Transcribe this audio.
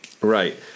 Right